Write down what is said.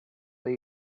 they